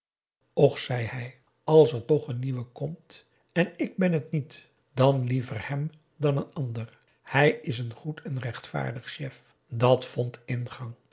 och zei hij als er toch een nieuwe komt en ik ben het niet dan liever hem dan een ander hij is een goed en rechtvaardig chef dat vond ingang